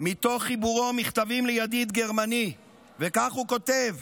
מתוך חיבורו "מכתבים לידיד גרמני", וכך הוא כותב: